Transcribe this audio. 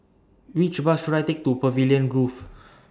Which Bus should I Take to Pavilion Grove